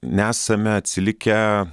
nesame atsilikę